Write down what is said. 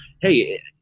hey